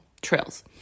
trails